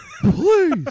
please